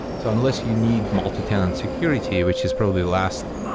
so unless you need multitenant security, which is probably last.